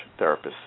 therapists